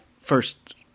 first